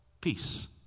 peace